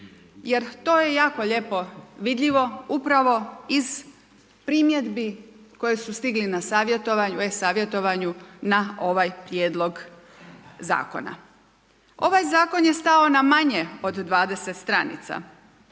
jer to je jako lijepo vidljivo upravo iz primjedbi koje su stigle na e-savjetovanju na ovaj prijedlog zakona. Ovaj zakon je stao na manje od 20 stranica,